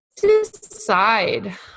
decide